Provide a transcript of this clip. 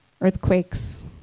earthquakes